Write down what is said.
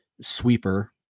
sweeper